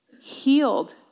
Healed